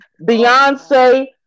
Beyonce